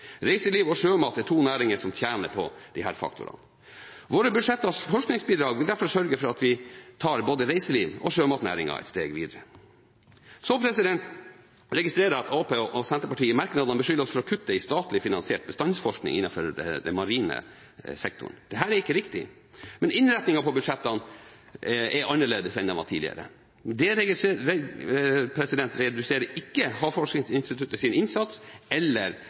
Reiseliv og sjømat er to næringer som tjener på disse faktorene. Våre budsjetters forskningsbidrag vil derfor sørge for at vi tar både reiselivsnæringen og sjømatnæringen et steg videre. Så registrerer jeg at Arbeiderpartiet og Senterpartiet i merknadene beskylder oss for å kutte i statlig finansiert bestandsforskning innenfor den marine sektoren. Dette er ikke riktig – men innretningen på budsjettene er annerledes enn den var tidligere. Det